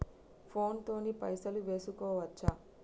Phone తోని పైసలు వేసుకోవచ్చా?